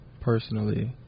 personally